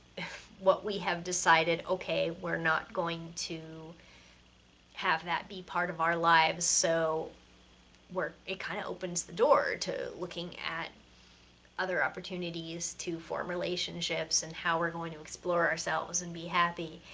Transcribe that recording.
what we have decided, okay, we're not going to have that be part of our lives, so we're, it kinda opens the door to looking at other opportunities to form relationships, and how we're going to explore ourselves and be happy.